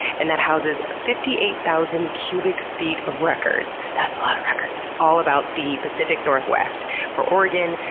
and that houses fifty eight thousand cubic feet of records that's a lot of records! all about the pacific northwest for oregon,